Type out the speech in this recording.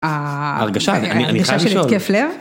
ההרגשה, אני, אני חייב לשאול. -הרגשה של התקף לב?